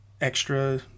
extra